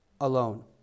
alone